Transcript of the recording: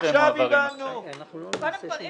קודם כול,